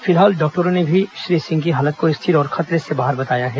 फिलहाल डॉक्टरों ने श्री सिंह की हालत को स्थिर और खतरे से बाहर बताया है